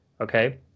okay